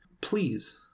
Please